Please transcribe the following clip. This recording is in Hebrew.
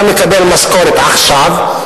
אתה מקבל משכורת עכשיו,